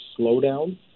slowdown